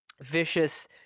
vicious